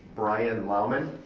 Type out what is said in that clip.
bryan lohman,